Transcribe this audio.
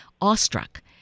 awestruck